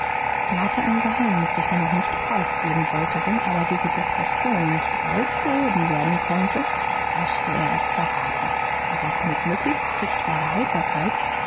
er hatte ein geheimnis das er noch nicht preisgeben wollte wenn aber diese depression nicht bald gehoben werden konnte mußte er es verraten er sagte mit möglichst sichtbarer heiterkeit